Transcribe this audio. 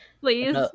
please